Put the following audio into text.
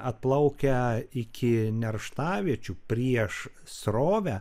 atplaukę iki nerštaviečių prieš srovę